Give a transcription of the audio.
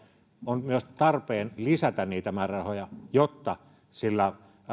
on myös tarpeen lisätä määrärahoja jotta